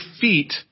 feet